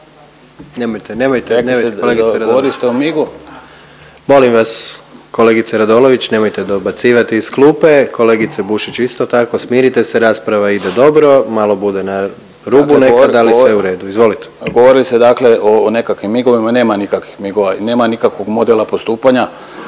Nemojte, nemojte./… Govorili ste o migu. …/Upadica predsjednik: Molim vas kolegice Radolović nemojte dobacivati iz klupe, kolegice Bušić isto tako, smirite se. Rasprava ide dobro, malo bude na rubu nekada ali sve je u redu. Izvolite./… Govorili ste dakle o nekakvim migovima, nema nikakvih migova,